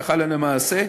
הלכה למעשה,